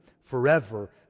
forever